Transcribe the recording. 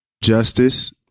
justice